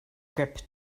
grip